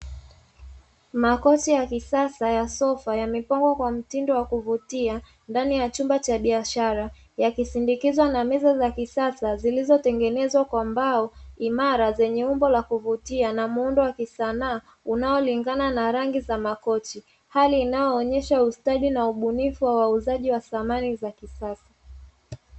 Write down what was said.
Makochi ya kisasa ya sofa yamepangwa kwa mtindo wa kuvutia, ndani ya chumba cha biashara, yakisindikizwa na meza za kisasa zilizotengenezwa kwa mbao imara, zenye umbo la kuvutia na muundo wa kisanaa, unaolingana na rangi za makochi. Hali inayoonyesha ustadi na ubunifu wa wauzaji wa samani za kisasa.